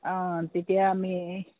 অঁ তেতিয়া আমি